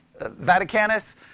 Vaticanus